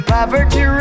Poverty